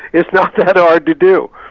it's not that hard to do.